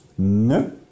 No